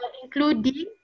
including